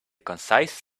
concise